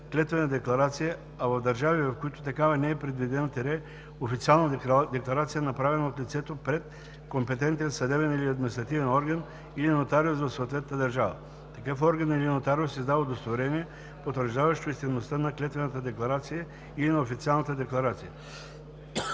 клетвена декларация, а в държави, в които такава не е предвидена – официална декларация, направена от лицето пред компетентен съдебен или административен орган или нотариус в съответната държава. Такъв орган или нотариус издава удостоверение, потвърждаващо истинността на клетвената декларация или на официалната декларация.